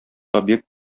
объект